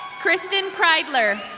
kristin prideler.